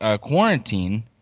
quarantine